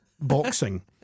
Boxing